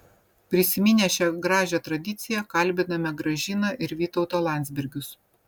prisiminę šią gražią tradiciją kalbiname gražiną ir vytautą landsbergius